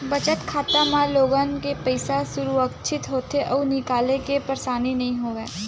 बचत खाता म लोगन के पइसा ह सुरक्छित होथे अउ निकाले के परसानी नइ राहय